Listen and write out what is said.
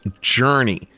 Journey